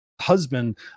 husband